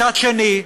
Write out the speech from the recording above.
מצד שני,